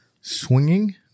swinging